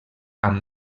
amb